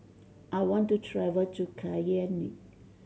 I want to travel to Cayenne